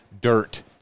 dirt